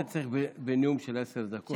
את זה צריך בנאום של עשר דקות.